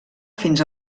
fins